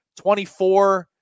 24